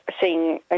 seeing